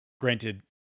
granted